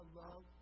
love